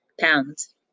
pounds